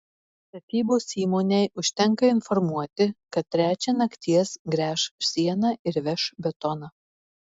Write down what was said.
statybos įmonei užtenka informuoti kad trečią nakties gręš sieną ir veš betoną